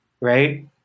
right